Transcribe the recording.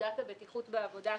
באתר האינטרנט.